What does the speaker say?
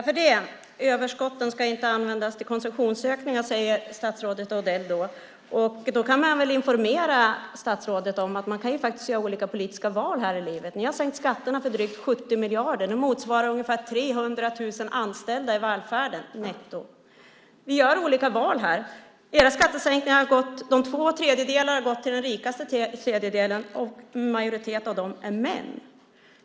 Herr talman! Överskotten ska inte användas till konsumtionsökningar, säger statsrådet Odell. Då kan jag väl informera statsrådet om att man faktiskt kan göra olika politiska val här i livet. Ni har sänkt skatterna för drygt 70 miljarder. Det motsvarar ungefär 300 000 anställda i välfärden netto. Vi gör olika val här. Två tredjedelar av era skattesänkningar har gått till den rikaste tredjedelen, och majoriteten av dem är män.